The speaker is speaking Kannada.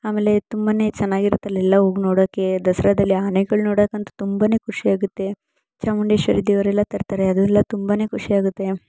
ಆಮೇಲೆ ತುಂಬನೇ ಚೆನ್ನಾಗಿರುತ್ತೆ ಅಲ್ಲೆಲ್ಲ ಹೋಗಿ ನೋಡೋಕ್ಕೆ ದಸರಾದಲ್ಲಿ ಆನೆಗಳು ನೋಡೋಕ್ಕಂತೂ ತುಂಬನೇ ಖುಷಿಯಾಗುತ್ತೆ ಚಾಮುಂಡೇಶ್ವರಿ ದೇವರೆಲ್ಲ ತರ್ತಾರೆ ಅದೆಲ್ಲ ತುಂಬನೇ ಖುಷಿಯಾಗುತ್ತೆ